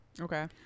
Okay